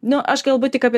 nu aš kalbu tik apie